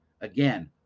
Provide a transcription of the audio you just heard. Again